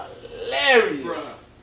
hilarious